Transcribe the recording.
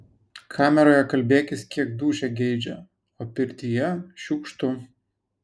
kameroje kalbėkis kiek dūšia geidžia o pirtyje šiukštu